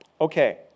okay